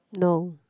no